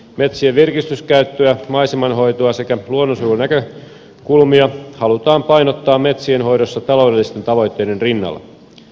metsien virkistyskäyttöä maisemanhoitoa sekä luonnonsuojelunäkökulmia halutaan painottaa metsien hoidossa taloudellisten tavoitteiden rinnalla